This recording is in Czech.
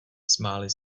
smáli